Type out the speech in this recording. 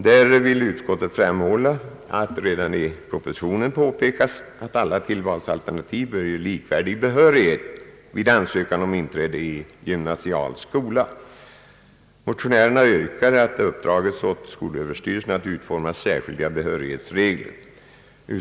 Där vill utskottet framhålla att det i propositionen påpekas att alla tillvalsalternativ bör ge likvärdig behörighet vid ansökan om inträde i gymnasial skola. Motionärerna yrkar att det uppdras åt skolöverstyrelsen att utforma särskilda behörighetsregler, ett yrkande som tas upp i reservationen.